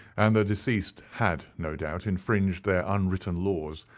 and the deceased had, no doubt, infringed their unwritten laws,